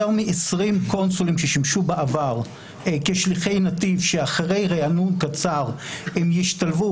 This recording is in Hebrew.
מ-20 קונסולים ששימשו בעבר כשליחי נתיב שאחרי ריענון קצר הם ישתלבו